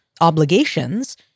obligations